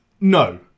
No